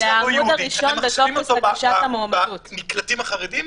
אתם מחשיבים אותו בנקלטים החרדים?